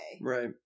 Right